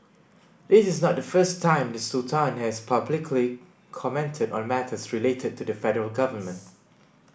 this is not the first time the Sultan has publicly commented on matters related to the federal government